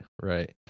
Right